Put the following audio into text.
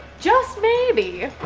just maybe,